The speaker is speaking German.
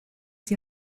die